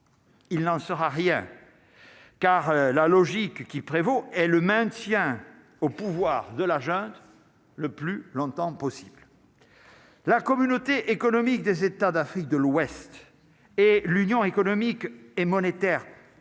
il n'en sera rien car la logique qui prévaut et le maintien au pouvoir de la junte, le plus longtemps possible la Communauté économique des États d'Afrique de l'Ouest et l'union économique et monétaire